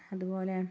അതുപോലെ